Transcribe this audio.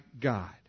God